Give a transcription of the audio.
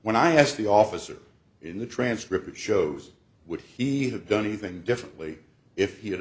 when i asked the officer in the transcript shows would he have done anything differently if